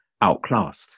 outclassed